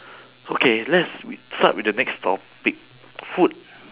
okay let's w~ start with the next topic food